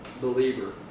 believer